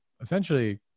essentially